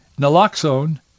naloxone